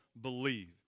Believe